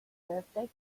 birthday